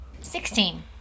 Sixteen